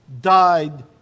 died